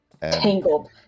Tangled